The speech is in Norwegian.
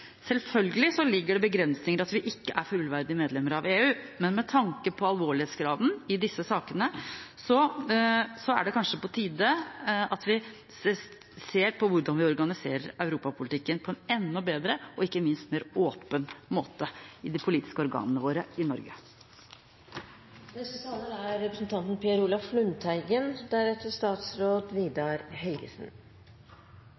Selvfølgelig ligger det begrensninger i at vi ikke er fullverdig medlem av EU, men med tanke på alvorlighetsgraden i disse sakene er det kanskje på tide at vi ser på hvordan vi organiserer europapolitikken på en enda bedre og ikke minst mer åpen måte i de politiske organene i Norge. Jeg slutter aldri å undre meg over det manglende forsøk på analyse som er